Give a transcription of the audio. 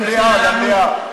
למליאה.